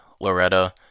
Loretta